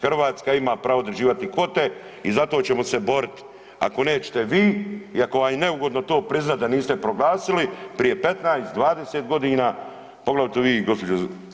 Hrvatska ima pravo određivati kvote i za to ćemo se boriti, ako nećete vi, i ako vam je neugodno to priznat da niste proglasili prije 15, 20 g., poglavito vi gđo.